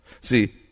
See